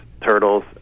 turtles